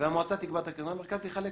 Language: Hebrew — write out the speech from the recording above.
והמועצה תקבע את הקריטריונים